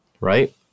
right